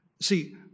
See